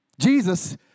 Jesus